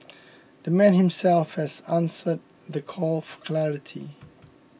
the man himself has answered the call for clarity